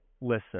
listen